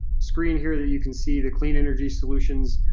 screen here that you can see. the clean energy solutions